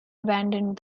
abandoned